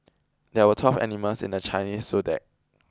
there were twelve animals in the Chinese Zodiac